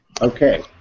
Okay